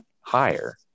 higher